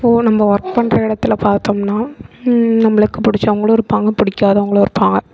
இப்போது நம்ம ஒர்க் பண்ணுற இடத்துல பார்த்தோம்னா நம்மளுக்கு பிடிச்சவங்களும் இருப்பாங்க பிடிக்காதவங்களும் இருப்பாங்க